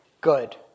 Good